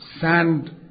sand